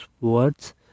words